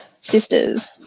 sisters